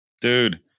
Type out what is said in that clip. Dude